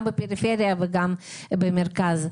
גם בפריפריה וגם במרכז.